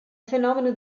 fenomeno